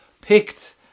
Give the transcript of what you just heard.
picked